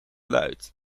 luid